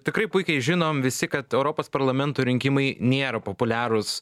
tikrai puikiai žinom visi kad europos parlamento rinkimai nėra populiarūs